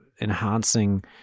enhancing